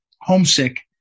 homesick